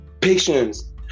patience